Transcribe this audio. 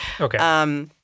Okay